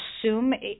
assume